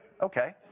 Okay